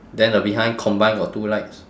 then the behind combine got two lights